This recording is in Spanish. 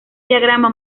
diagrama